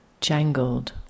jangled